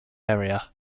area